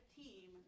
team